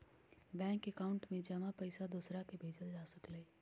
bank account में जमा पईसा दूसरा के भेजल जा सकलई ह